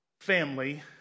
family